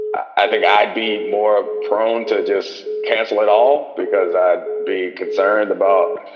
i think i'd be more prone to just cancel it all because i'd be concerned about